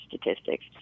Statistics